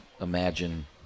imagine –